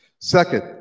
Second